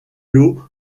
l’eau